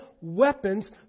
weapons